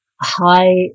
high